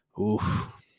Oof